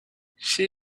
see